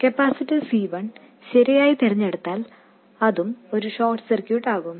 capacitor C1 ശരിയായി തിരഞ്ഞെടുത്താൽ അതും ഒരു ഷോർട്ട് സർക്യൂട്ട് ആകും